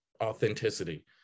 authenticity